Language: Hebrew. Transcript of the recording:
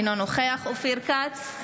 אינו נוכח אופיר כץ,